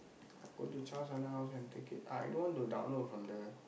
go to Charles அண்ணன்:annan house and take it I don't want to download from the